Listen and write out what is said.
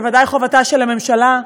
בוודאי חובתה של הממשלה,